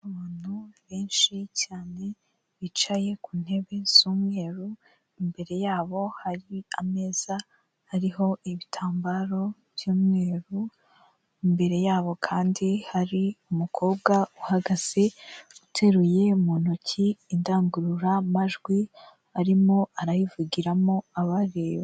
Abantu benshi cyane bicaye ku ntebe z'umweru, imbere yabo hari ameza ariho ibitambaro by'umweru, imbere yabo kandi hari umukobwa uhagaze uteruye mu ntoki indangururamajwi arimo arayivugiramo abareba.